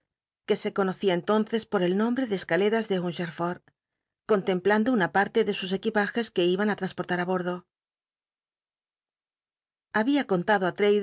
que se conocía entonces por el nombr'c de csc tleras de hungerford contemplando una parle de sus equipajes c llc iban á transportar á bordo babia contado